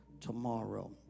tomorrow